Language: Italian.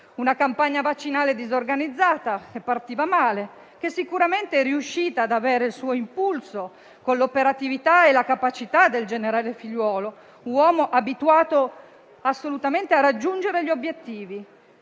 una campagna vaccinale disorganizzata e partita male, che sicuramente è riuscita a ricevere impulso grazie all'operatività e alla capacità del generale Figliuolo, uomo abituato a raggiungere gli obiettivi.